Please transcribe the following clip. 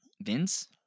Vince